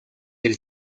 del